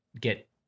get